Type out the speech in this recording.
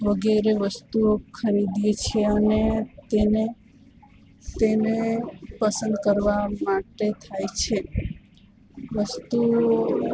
વગેરે વસ્તુઓ ખરીદીએ છીએ અને તેને તેને પસંદ કરવા માટે થાય છે વસ્તુઓ